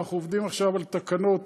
אנחנו עובדים עכשיו על תקנות,